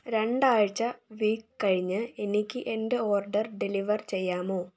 രണ്ട് ആഴ്ച വീക്ക് കഴിഞ്ഞ് എനിക്ക് എന്റെ ഓർഡർ ഡെലിവർ ചെയ്യാമോ